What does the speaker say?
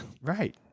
Right